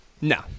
No